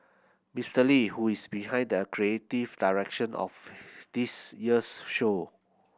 Mister Lee who is behind that creative direction of this year's show